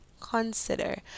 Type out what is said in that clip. consider